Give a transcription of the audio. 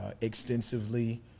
extensively